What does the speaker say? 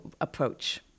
approach